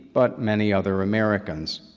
but many other americans.